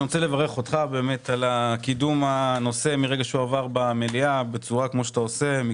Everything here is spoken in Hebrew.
אני רוצה לברך אותך על קידום הנושא מרגע שעבר במליאה בצורה מקצועית,